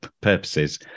purposes